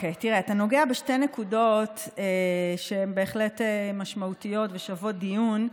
אתה נוגע בשתי נקודות שהן בהחלט משמעותיות ושוות דיון.